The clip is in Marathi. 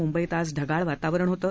मुंबईत आज ढगाळ वातावरण होतं